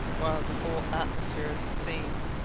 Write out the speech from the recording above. while the whole atmosphere, as it seemed,